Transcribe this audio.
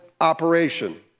operation